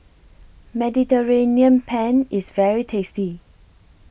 Mediterranean Penne IS very tasty